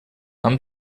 нам